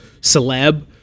celeb